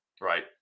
right